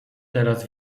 teraz